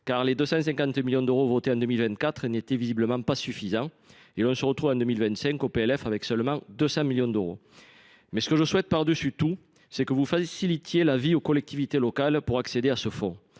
car les 250 millions d’euros votés en 2024 n’étaient visiblement pas suffisants. Or on se retrouve dans le PLF pour 2025 avec seulement 200 millions d’euros. Ce que je souhaite par dessus tout, c’est que vous facilitiez la vie aux collectivités locales pour accéder à ce fonds